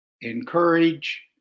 encourage